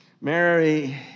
Mary